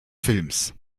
films